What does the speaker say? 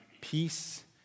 peace